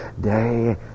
day